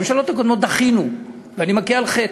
בממשלות הקודמות דחינו, ואני מכה על חטא.